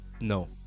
No